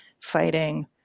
fighting